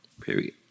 Period